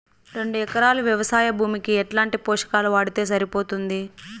రెండు ఎకరాలు వ్వవసాయ భూమికి ఎట్లాంటి పోషకాలు వాడితే సరిపోతుంది?